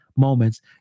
Moments